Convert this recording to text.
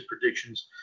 predictions